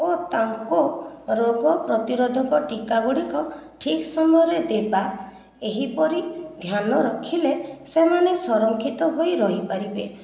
ଓ ତାଙ୍କୁ ରୋଗ ପ୍ରତିରୋଧକ ଟୀକାଗୁଡ଼ିକ ଠିକ ସମୟରେ ଦେବା ଏହିପରି ଧ୍ୟାନ ରଖିଲେ ସେମାନେ ସରଂକ୍ଷିତ ହୋଇ ରହିପାରିବେ